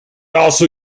also